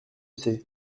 c’est